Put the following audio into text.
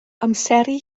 amseru